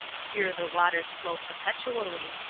here the waters flow perpetually,